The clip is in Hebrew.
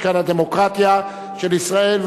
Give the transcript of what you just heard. משכן הדמוקרטיה של ישראל,